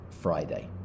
Friday